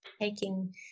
taking